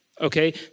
okay